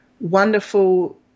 wonderful